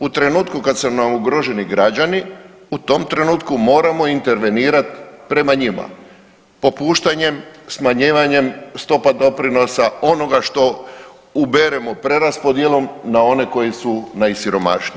U trenutku kad su nam ugroženi građani u tom trenutku moramo intervenirati prema njima popuštanjem, smanjivanjem stopa doprinosa onoga što uberemo preraspodjelom na one koji su najsiromašniji.